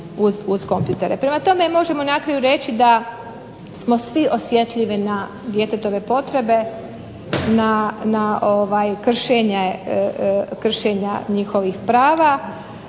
Prema tome, možemo na kraju reći da smo svi osjetljivi na djetetove potrebe, na kršenja njihovih prava,